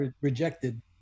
rejected